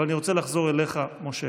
אבל אני רוצה לחזור אליך, משה.